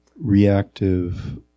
reactive